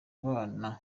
abana